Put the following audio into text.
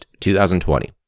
2020